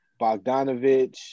Bogdanovich